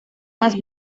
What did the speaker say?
más